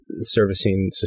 servicing